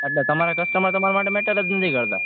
એટલે તમારા કસ્ટમર તમારા માટે મેટર જ નથી કરતાં